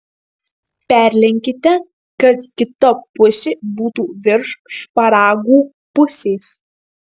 perlenkite kad kita pusė būtų virš šparagų pusės